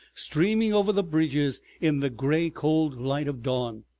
streaming over the bridges in the gray cold light of dawn.